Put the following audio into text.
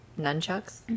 nunchucks